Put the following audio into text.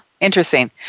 Interesting